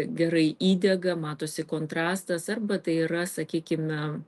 gerai įdega matosi kontrastas arba tai yra sakykime